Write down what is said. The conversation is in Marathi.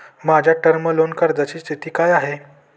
माझ्या टर्म लोन अर्जाची स्थिती काय आहे?